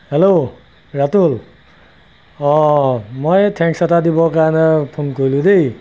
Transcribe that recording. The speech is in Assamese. হেল্ল' ৰাতুল অঁ মই থেংক্স এটা দিবৰ কাৰণে ফোন কৰিলোঁ দেই